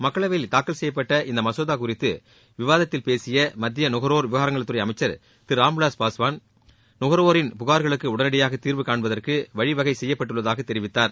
மக்களவையில் தாக்கல் செய்யப்பட்ட இம்மசோதா குறித்த விவாதத்தில் பேசிய மத்திய நுகர்வோர் விவகாரங்கள் துறை அமைச்சர் திரு ராம்விவாஸ் பாஸ்வான் நுகர்வோரின் புகார்களுக்கு உடனடியாக தீர்வு காண்பதற்கு வழிவகை செய்யப்பட்டுள்ளதாக தெரிவித்தார்